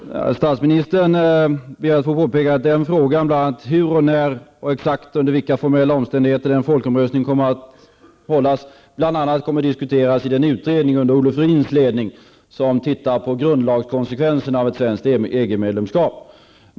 Herr talman! Statsministern ber att få påpeka att frågan om hur och när och under exakt vilka förhållanden en folkomröstning kommer att hållas bl.a. kommer att diskuteras i den utredning under Olof Ruins ledning som tittar på grundlagskonsekvenserna av ett svenskt EG medlemskap.